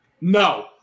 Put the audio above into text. No